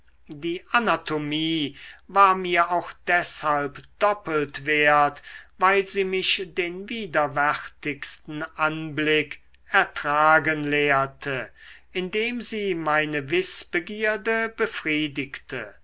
die anatomie war mir auch deshalb doppelt wert weil sie mich den widerwärtigsten anblick ertragen lehrte indem sie meine wißbegierde befriedigte